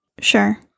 Sure